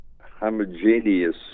homogeneous